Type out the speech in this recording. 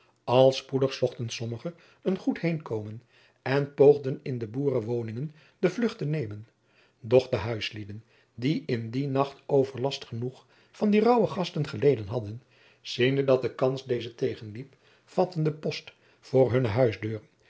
al spoedig zochten sommigen een goed heenkomen en poogden in de boerenwoningen de vlucht te nemen doch de huislieden die in die nacht overlast genoeg van die raauwe gasten geleden hadden ziende dat de kans deze tegenliep vatteden post voor hunne huisdeuren en